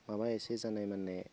माबा एसे जानाय माने